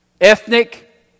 ethnic